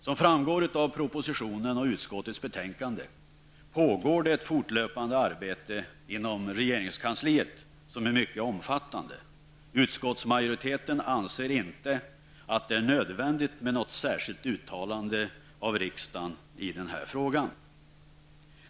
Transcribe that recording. Som framgår av propositionen och utskottets betänkande pågår det ett fortlöpande arbete inom regeringskansliet som är mycket omfattande. Utskottsmajoriteten anser att det inte är nödvändigt med något särskilt uttalande av riksdagen i denna fråga.